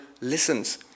listens